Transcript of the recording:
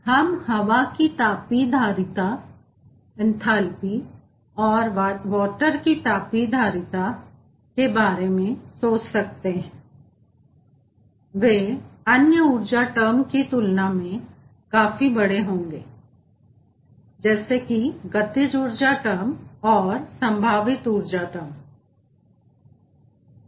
हम हवा की तापीय धारिता एंथेल्पी और वाटर की तापीय धारिता एंथेल्पी के बारे में सोच सकते हैं वे अन्य ऊर्जा टर्म की तुलना में काफी बड़े होंगे जैसे की गतिज ऊर्जा टर्म और संभावित ऊर्जा टर्म हैं